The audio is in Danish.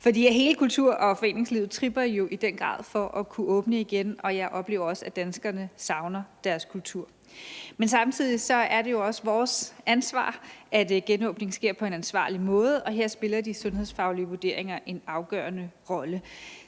for hele kultur- og foreningslivet tripper jo i den grad for at kunne åbne igen. Jeg oplever også, at danskerne savner deres kultur. Men det er samtidig vores ansvar, at genåbningen sker på en ansvarlig måde, og her spiller de sundhedsfaglige vurderinger en afgørende rolle.